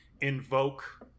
invoke